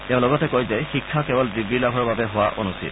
তেওঁ লগতে কয় যে শিক্ষা কেৱল ডিগ্ৰী লাভৰ বাবে হোৱা অনুচিত